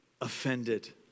offended